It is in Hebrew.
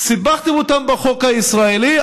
סיפחתם אותם בחוק הישראלי,